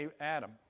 Adam